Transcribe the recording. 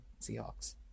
Seahawks